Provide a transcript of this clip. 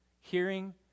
hearing